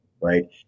right